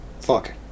fuck